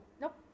nope